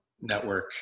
network